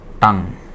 tongue